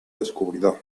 descubridor